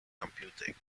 computing